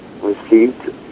received